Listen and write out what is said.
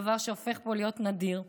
דבר שהופך להיות נדיר פה.